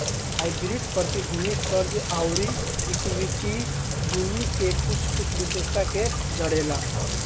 hybrid प्रतिभूति, कर्ज अउरी इक्विटी दुनो के कुछ कुछ विशेषता के जोड़ेला